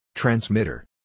Transmitter